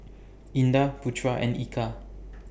Indah Putera and Eka